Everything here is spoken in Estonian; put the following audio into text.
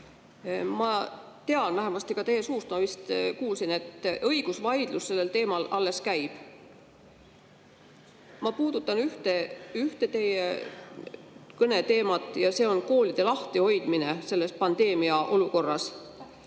Ma tean, vähemasti ma ka teie suust kuulsin, et õigusvaidlus sellel teemal alles käib. Ma puudutan ühte teie kõne teemat, ja see on koolide lahtihoidmine selles pandeemiaolukorras.